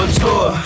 tour